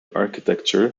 architecture